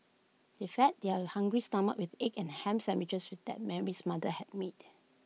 they fed their hungry stomachs with egg and Ham Sandwiches that Mary's mother had made